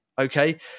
Okay